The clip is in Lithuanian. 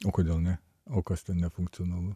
o kodėl ne o kas ten nefunkcionalu